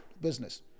Business